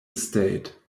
estate